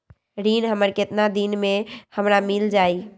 ऋण हमर केतना दिन मे हमरा मील जाई?